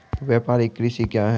व्यापारिक कृषि क्या हैं?